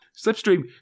Slipstream